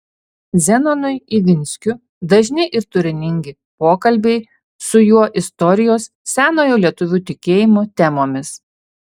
zenonui ivinskiu dažni ir turiningi pokalbiai su juo istorijos senojo lietuvių tikėjimo temomis